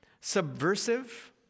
subversive